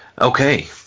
okay